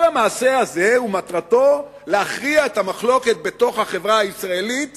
כל המעשה הזה מטרתו להכריע את המחלוקת בתוך החברה הישראלית